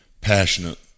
passionate